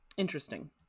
Interesting